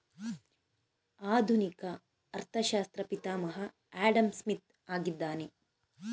ಆಧುನಿಕ ಅರ್ಥಶಾಸ್ತ್ರ ಪಿತಾಮಹ ಆಡಂಸ್ಮಿತ್ ಆಗಿದ್ದಾನೆ